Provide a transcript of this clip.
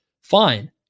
fine